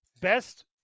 best